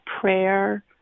prayer